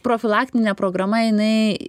profilaktinė programa jinai